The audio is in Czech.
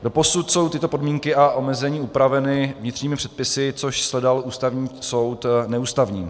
Doposud jsou tyto podmínky a omezení upraveny vnitřními předpisy, což shledal Ústavní soud neústavním.